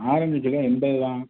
orange kilo எண்பது தான்